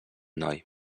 noi